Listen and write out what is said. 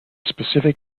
specific